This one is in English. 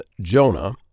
Jonah